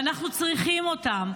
ואנחנו צריכים אותם,